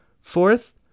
Fourth